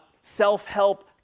self-help